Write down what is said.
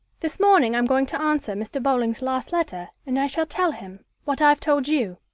this morning i'm going to answer mr. bowling's last letter, and i shall tell him what i've told you.